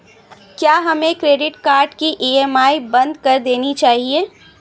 क्या हमें credit card की ई.एम.आई बंद कर देनी चाहिए?